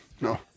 no